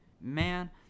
Man